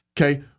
okay